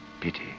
Pity